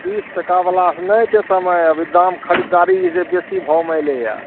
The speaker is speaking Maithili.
बीस टाकावला से नहि छै समय अभी दाम खरीदारी जे बेसी भावमे एलैये